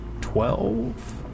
twelve